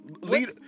lead